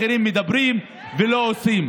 האחרים מדברים ולא עושים.